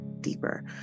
deeper